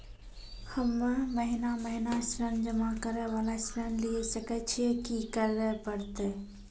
हम्मे महीना महीना ऋण जमा करे वाला ऋण लिये सकय छियै, की करे परतै?